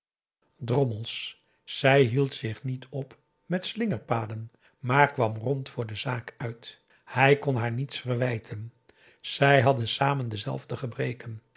drommels zij hield zich niet op met slingerpaden maar kwam rond voor de zaak uit hij kon haar niets verwijten zij hadden samen dezelfde gebreken